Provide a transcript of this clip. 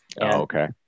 Okay